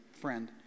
friend